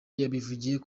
yabivugiye